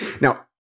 Now